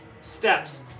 steps